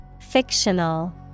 Fictional